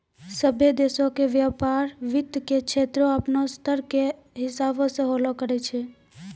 सभ्भे देशो के व्यपार वित्त के क्षेत्रो अपनो स्तर के हिसाबो से होलो करै छै